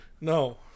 No